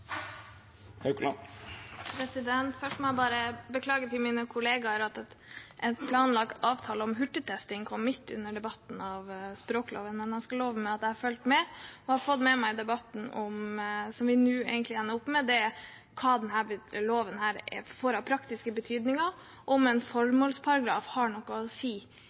: Først må jeg bare beklage til mine kollegaer at en planlagt avtale om hurtigtesting kom midt under debatten av språkloven, men jeg kan love at jeg har fulgt med og har fått med meg debatten. Det vi nå egentlig ender opp med, er hva denne loven får av praktisk betydning, om en formålsparagraf har noe å si